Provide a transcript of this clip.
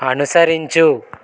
అనుసరించు